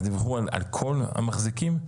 דיווחו על כול המחזיקים?